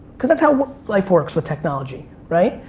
cause that's how life works with technology. right?